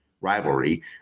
rivalry